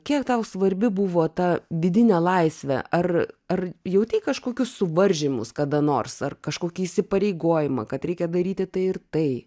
kiek tau svarbi buvo ta vidinė laisvė ar ar jautei kažkokius suvaržymus kada nors ar kažkokį įsipareigojimą kad reikia daryti tai ir tai